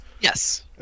Yes